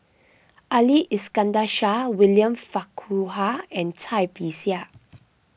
Ali Iskandar Shah William Farquhar and Cai Bixia